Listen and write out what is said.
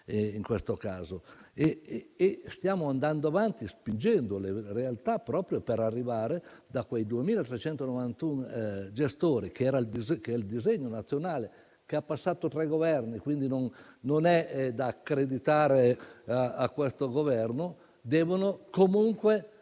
in questo caso. Stiamo andando avanti spingendo le realtà, proprio per arrivare a ridurre quei 2.391 gestori, che è il disegno nazionale che ha passato tre Governi (quindi non è da accreditare a questo Governo), a una